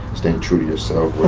staying true to yourself,